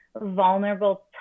vulnerable